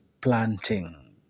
planting